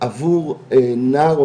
עבור נער,